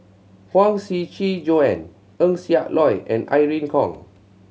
Huang Shiqi Joan Eng Siak Loy and Irene Khong